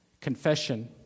confession